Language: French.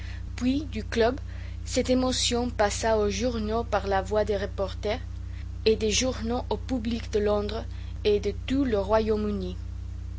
puis du club cette émotion passa aux journaux par la voie des reporters et des journaux au public de londres et de tout le royaume-uni